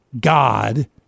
God